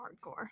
hardcore